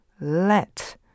let